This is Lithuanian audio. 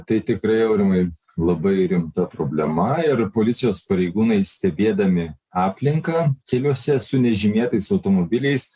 tai tikrai aurimai labai rimta problema ir policijos pareigūnai stebėdami aplinką keliuose su nežymėtais automobiliais